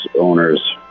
owner's